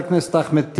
חבר הכנסת אחמד טיבי.